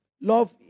Love